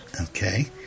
Okay